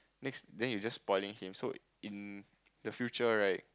next then you're just spoiling him so in the future right